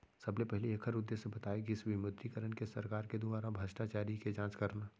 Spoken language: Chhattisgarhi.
सबले पहिली ऐखर उद्देश्य बताए गिस विमुद्रीकरन के सरकार के दुवारा भस्टाचारी के जाँच करना